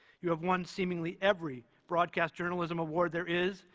you have won seemingly every broadcast journalism award there is,